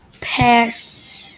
pass